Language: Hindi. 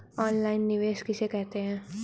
ऑनलाइन निवेश किसे कहते हैं?